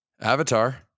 Avatar